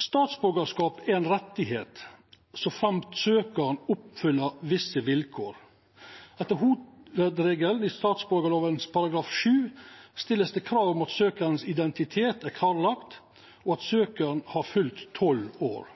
Statsborgarskap er ein rett såframt søkjaren oppfyller visse vilkår. Etter hovudregelen i statsborgarlova § 7 vert det stilt krav om at identiteten til søkjaren er klarlagd, og at søkjaren har fylt tolv år.